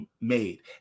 made